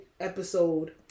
episode